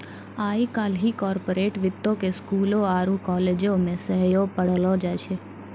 आइ काल्हि कार्पोरेट वित्तो के स्कूलो आरु कालेजो मे सेहो पढ़ैलो जाय छै